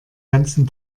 ganzen